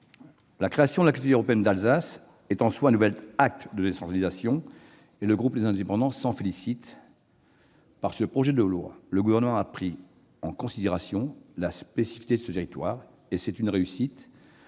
La création de la Collectivité européenne d'Alsace est en soi un nouvel acte de décentralisation, et le groupe Les Indépendants - République et Territoires s'en félicite ! Par ce projet de loi, le Gouvernement a pris en considération la spécificité de ce territoire, et c'est une réussite,